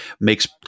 makes –